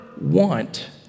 want